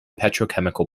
petrochemical